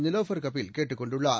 நிலோஃபா் கபில் கேட்டுக் கொண்டுள்ளார்